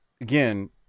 again